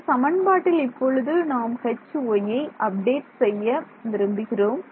இந்த சமன்பாட்டில் இப்பொழுது நாம் Hyயை அப்டேட் செய்ய விரும்புகிறோம்